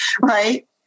Right